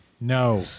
No